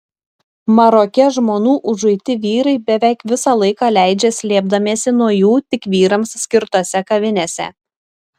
maroke žmonų užuiti vyrai beveik visą laiką leidžia slėpdamiesi nuo jų tik vyrams skirtose kavinėse